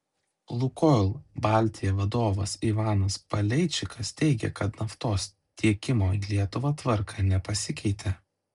lukoil baltija vadovas ivanas paleičikas teigė kad naftos tiekimo į lietuvą tvarka nepasikeitė